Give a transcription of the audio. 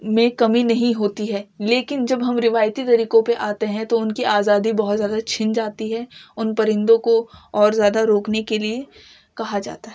میں کمی نہیں ہوتی ہے لیکن جب ہم روایتی طریقوں پہ آتے ہیں تو ان کی آزادی بہت زیادہ چھن جاتی ہے ان پرندوں کو اور زیادہ روکنے کے لیے کہا جاتا ہے